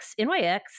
NYX